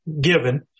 given